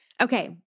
Okay